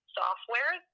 software